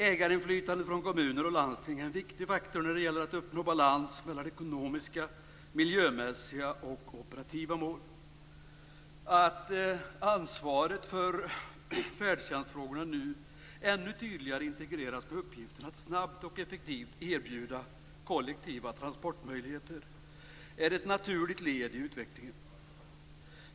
Ägarinflytandet från kommuner och landsting är en viktig faktor när det gäller att uppnå balans mellan ekonomiska, miljömässiga och operativa mål. Att ansvaret för färdtjänstfrågorna nu ännu tydligare integreras med uppgiften att snabbt och effektivt erbjuda kollektiva transportmöjligheter är ett naturligt led i utvecklingen.